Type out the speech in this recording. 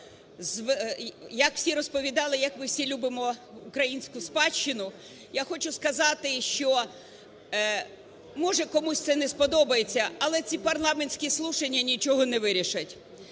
як всі розповідали як ми всі любимо українську спадщину, я хочу сказати, що, може, комусь це не сподобається, але ці парламентські слушания нічого не вирішать.